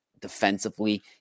defensively